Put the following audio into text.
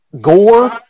gore